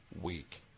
week